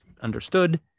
understood